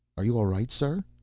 are you all right, sir?